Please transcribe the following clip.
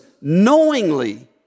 knowingly